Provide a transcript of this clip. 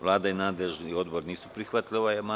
Vlada i nadležni odbor nisu prihvatili ovaj amandman.